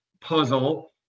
puzzle